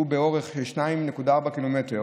שהוא באורך 2.4 ק"מ,